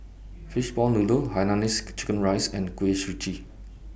Fishball Noodle Hainanese Curry Rice and Kuih Suji